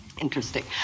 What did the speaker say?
Interesting